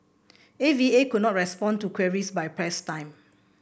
A V A could not respond to queries by press time